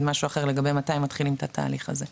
משהו אחר לגבי מתי מתחילים את התהליך הזה.